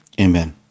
Amen